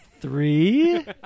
Three